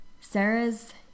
Sarah's